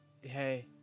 Hey